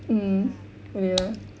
mm ya